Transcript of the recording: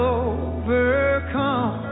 overcome